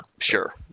Sure